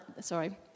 sorry